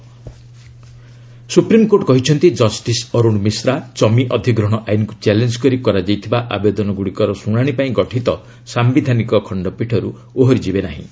SC land acquisition Supreme Court କହିଛନ୍ତି justice Arun Mishra ଜମି ଅଧିଗ୍ରହଣ ଆଇନକୁ ଚ୍ୟାଲେଞ୍ଜ କରି କରାଯାଇଥିବା ଆବେଦନଗୁଡ଼ିକର ଶୁଣାଣି ପାଇଁ ଗଠିତ ସାୟିଧାନିକ ଖଣ୍ଡପୀଠରୁ ଓହରିଯିବେ ନାହିଁ